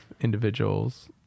individuals